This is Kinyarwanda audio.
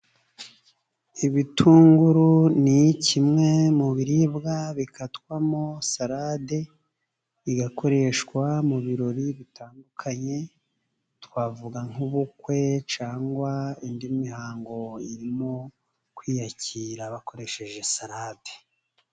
Ibitunguru ni kimwe mu biribwa bikatwamo salade , igakoreshwa mu birori bitandukanye :twavuga nk'ubukwe cyangwa indi mihango, irimo kwiyakira bakoresheje salade.